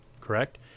correct